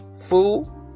Fool